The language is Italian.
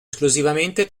esclusivamente